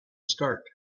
start